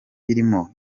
irimo